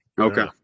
Okay